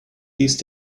these